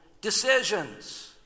decisions